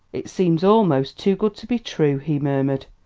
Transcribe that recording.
it seems almost too good to be true! he murmured.